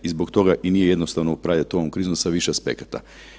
I zbog toga i nije jednostavno upravljati ovom krizom sa više aspekata.